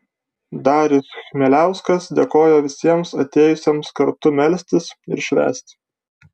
darius chmieliauskas dėkojo visiems atėjusiems kartu melstis ir švęsti